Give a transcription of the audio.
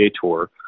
tour